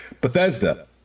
Bethesda